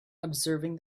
observing